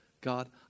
God